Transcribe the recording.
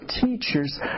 teachers